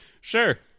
sure